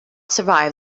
survive